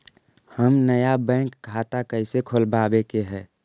हम नया बैंक खाता कैसे खोलबाबे के है?